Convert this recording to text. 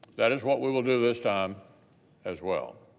that is what we will do this time as well.